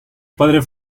padre